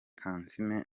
kansiime